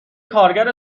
کارگر